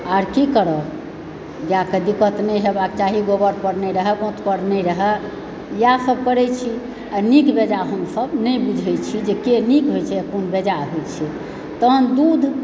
आर की करब गायके दिक्कत दिक्कत नहि हेबाक चाही गोबर पर नहि रहय गोत पर नहि रहए इएह सब करए छी आ नीक बेजाए हमसब नहि बुझय छियै जे के नीक होइ छै कोन बेजाए होय छै तहन दूध